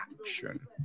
action